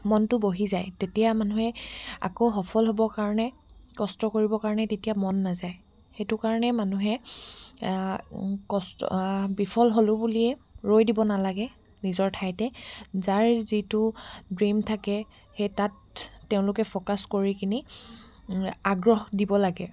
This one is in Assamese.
মনটো বহি যায় তেতিয়া মানুহে আকৌ সফল হ'বৰ কাৰণে কষ্ট কৰিবৰ কাৰণে তেতিয়া মন নাযায় সেইটো কাৰণে মানুহে কষ্ট বিফল হ'লোঁ বুলিয়ে ৰৈ দিব নালাগে নিজৰ ঠাইতে যাৰ যিটো ড্ৰিম থাকে সেই তাত তেওঁলোকে ফ'কাছ কৰি কিনে আগ্ৰহ দিব লাগে